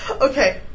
okay